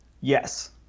Yes